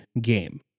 game